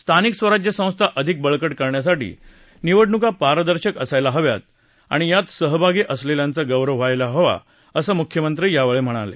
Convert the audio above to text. स्थानिक स्वराज्य संस्था अधिक बळकट करण्यासाठी निवडणुका पारदर्शक असायला हव्यात आणि यात सहभागी असलेल्यांचा गौरव करायला हवा असं मुख्यमंत्री यावेळी म्हणाले